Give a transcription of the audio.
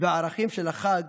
והערכים של החג